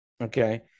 Okay